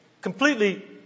completely